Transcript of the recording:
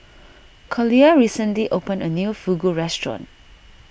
Collier recently opened a new Fugu restaurant